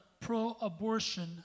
pro-abortion